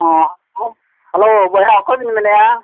ᱦᱮᱸ ᱦᱮᱞᱳ ᱵᱚᱭᱦᱟ ᱚᱠᱚᱭ ᱵᱤᱱ ᱢᱮᱢᱱᱮᱜᱼᱟ